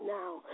now